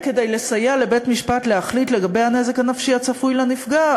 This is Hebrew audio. כדי לסייע לבית-משפט להחליט לגבי הנזק הנפשי הצפוי לנפגע,